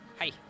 hi